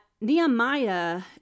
Nehemiah